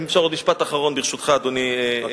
תודה רבה.